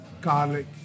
garlic